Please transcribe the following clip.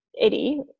Eddie